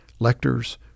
lectors